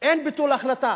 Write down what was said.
אין ביטול החלטה.